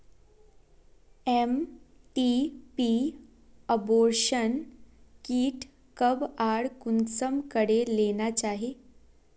MTP abortion kit कब आर कुंसम करे लेना चही?